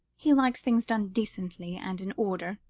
he likes things done decently and in order.